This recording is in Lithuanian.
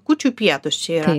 kūčiųpietūs čia yra